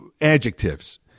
adjectives